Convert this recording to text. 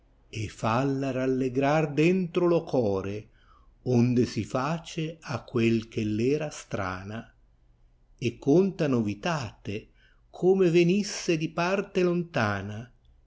e falla rallegrar dentro lo core onde si face a quel chelf era strana e conta novitate come venisse di parte lontana